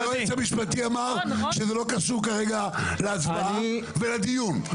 היועץ המשפטי אמר שזה לא קשור כרגע להצבעה ולדיון.